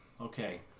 Okay